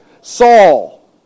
Saul